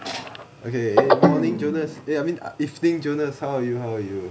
okay eh morning jonas eh I mean evening jonas how are you how are you